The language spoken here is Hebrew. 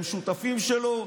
הם שותפים שלו,